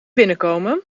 binnenkomen